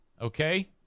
Okay